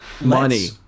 Money